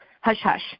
hush-hush